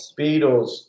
Beatles